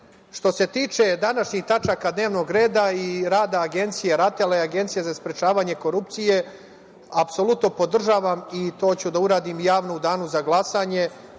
se tiče današnjih tačaka dnevnog reda i rada Agencije, RATEL-a i Agencije za sprečavanje korupcije apsolutno podržavam i to ću da uradim javno u Danu za glasanje